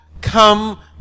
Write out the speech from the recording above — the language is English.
come